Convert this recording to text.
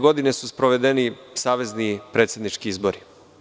Godine 2000. su sprovedeni savezni predsednički izbori.